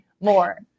more